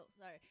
sorry